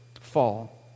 fall